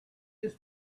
his